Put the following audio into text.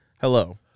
hello